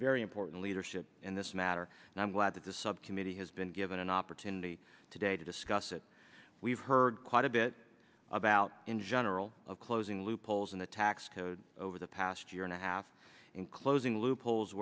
very important leadership in this matter and i'm glad that the subcommittee has been given an opportunity today to discuss it we've heard quite a bit about in general of closing loopholes in the tax code over the past year and a half and closing loopholes